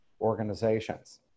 organizations